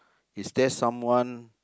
is there someone